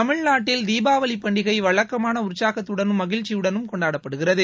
தமிழ்நாட்டில் தீபாவளிப் பண்டிகை வழக்கமான உற்சாகத்துடனும் மகிழ்ச்சியுடனும் கொண்டாடப்படுகிறது